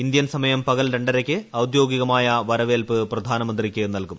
Indian സമയം പകൽ രണ്ടരയ്ക്ക് ഔദ്യോഗികമായ വരവേൽപ്പ് പ്രധാനമന്ത്രിക്ക് നൽകും